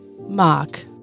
Mark